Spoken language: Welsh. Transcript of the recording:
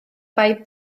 bai